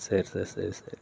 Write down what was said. சரி சரி சரி சரி